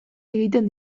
egiten